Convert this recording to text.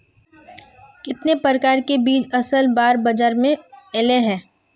कितने प्रकार के बीज असल बार बाजार में ऐले है?